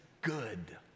good